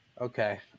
Okay